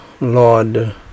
Lord